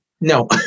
no